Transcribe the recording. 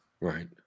Right